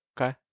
Okay